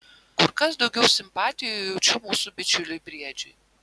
kur kas daugiau simpatijų jaučiu mūsų bičiuliui briedžiui